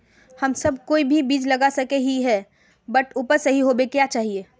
हम सब कोई भी बीज लगा सके ही है बट उपज सही होबे क्याँ चाहिए?